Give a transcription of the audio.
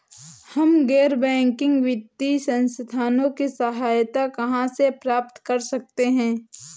हम गैर बैंकिंग वित्तीय संस्थानों की सहायता कहाँ से प्राप्त कर सकते हैं?